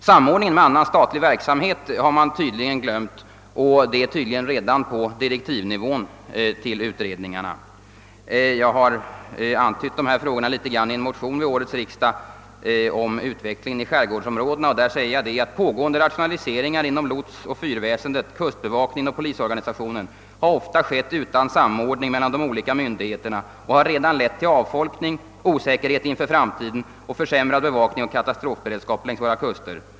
Samordningen med annan statlig verksamhet har man tydligen glömt redan på den nivå där direktiven till utredningarna skrevs. Jag har antytt dessa problem i en motion vid årets riksdag angående utvecklingen i skärgårdsområdena. I motionen skriver jag bl.a.: »Pågående rationaliseringar inom lotsoch fyrväsendet, kustbevakningen och polisorganisationen har ofta skett utan samordning mellan de olika myndigheterna och har redan lett till avfolkning, osäkerhet inför framtiden och försämrad bevakning och katastrofberedskap längs våra kuster.